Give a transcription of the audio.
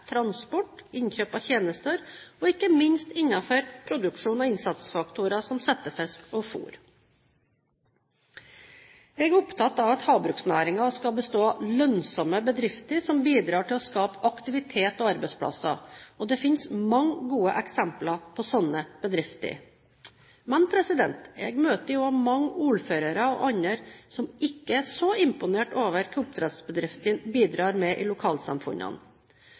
transport, innkjøp av tjenester og ikke minst innenfor produksjon av innsatsfaktorer som settefisk og fôr. Jeg er opptatt av at havbruksnæringen skal bestå av lønnsomme bedrifter som bidrar til å skape aktivitet og arbeidsplasser. Det fins mange gode eksempler på slike bedrifter. Men jeg møter også mange ordførere og andre som ikke er så imponert over hva oppdrettsbedriftene bidrar med i lokalsamfunnene.